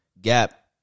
Gap